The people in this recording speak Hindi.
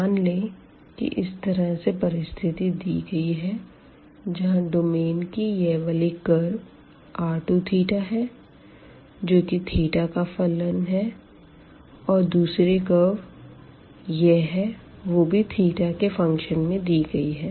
मान लें कि इस तरह से परिस्थिती दी गयी है जहाँ डोमेन की यह वाली कर्व r2θ है जो की θ का फंक्शन है और दूसरी कर्व यह है वो भी θ के फ़ंक्शन में दी गई है